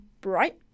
bright